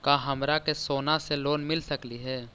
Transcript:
का हमरा के सोना से लोन मिल सकली हे?